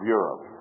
Europe